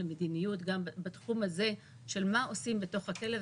המדיניות בתחום הזה של מה עושים בתוך הכלא,